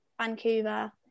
Vancouver